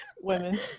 Women